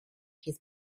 his